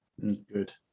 Good